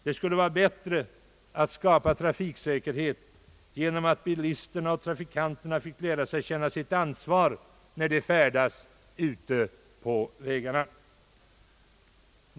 Det skulle vara bättre att skapa trafiksäkerhet genom att lära bilister och trafikanter att känna sitt ansvar när de färdas ute på vägarna.